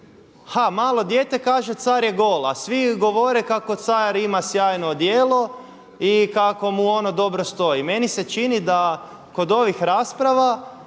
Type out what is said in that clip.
ha malo dijete kaže car je gol, a svi govore kako car ima sjajno odijelo i kako mu ono dobro stoji. Meni se čini da kod ovih rasprava